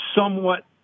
somewhat